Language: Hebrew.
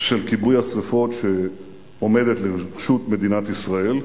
של כיבוי השרפות שעומדת לרשות מדינת ישראל.